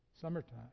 summertime